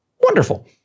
Wonderful